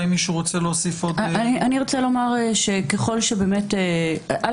אני ארצה לומר שאי